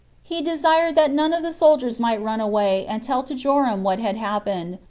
he desired that none of the soldiers might run away and tell to joram what had happened,